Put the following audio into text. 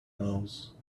mouse